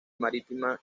marítimas